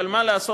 אבל מה לעשות,